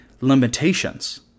limitations